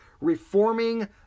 Reforming